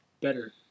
better